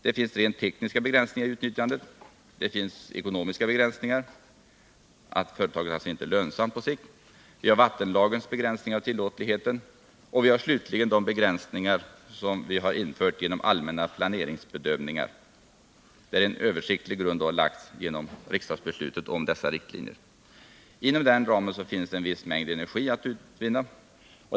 Det finns rent tekniska begränsningar i utnyttjandet. Det finns också ekonomiska begränsningar — det är inte lönsamt på sikt. Vi har vattenlagens begränsningar av tillåtligheten. Vi har slutligen begränsningar genom allmänna planeringsbedömningar, där en översiktlig grund lagts genom riksdagsbeslut om riktlinjer. Inom den ramen finns det en viss mängd energi att utvinna.